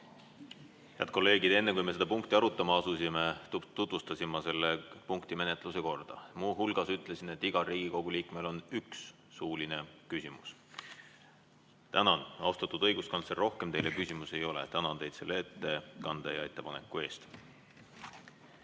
Head kolleegid! Enne, kui me seda punkti arutama asusime, tutvustasin ma selle punkti menetluse korda, muu hulgas ütlesin, et igal Riigikogu liikmel on üks suuline küsimus. Tänan, austatud õiguskantsler! Rohkem teile küsimusi ei ole. Tänan teid selle ettekande ja ettepaneku eest.